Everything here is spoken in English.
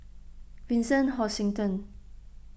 Vincent Hoisington